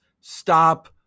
stop